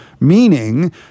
meaning